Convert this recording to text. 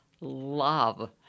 love